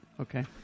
Okay